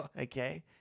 Okay